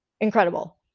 incredible